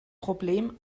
problem